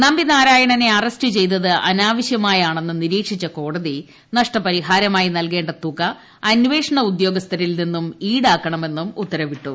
നമ്പിനാരായണനെ arrest ചെയ്തത് അനാവശ്യമായാണെന്ന് നിരീക്ഷിച്ചു കോടതി നഷ്ടപരിഹാരമായി നൽകേണ്ട തുക അന്വേഷണ ഉദ്യോഗസ്ഥരിൽ നിന്നും ഈടാക്കണമെന്നും ഉത്തരവിട്ടു